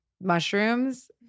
mushrooms